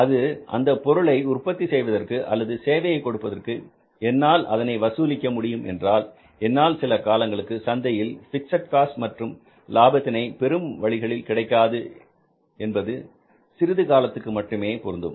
அது அந்தப் பொருளை உற்பத்தி செய்வதற்கு அல்லது சேவையை கொடுப்பதற்கு என்னால் அதனை வசூலிக்க முடியும் என்றால் என்னால் சில காலங்களுக்கு சந்தையில் பிக்ஸட் காஸ்ட் மற்றும் லாபத்தினை பெரும் வழிமுறைகளையும் கிடைக்காது என்பது சிறிது காலத்திற்கு மட்டுமே பொருந்தும்